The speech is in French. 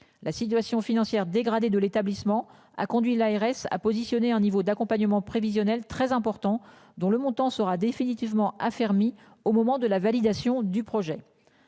la situation financière dégradée de l'établissement a conduit l'ARS a positionné un niveau d'accompagnement prévisionnel très important dont le montant sera définitivement fermé au moment de la validation du projet.